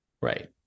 Right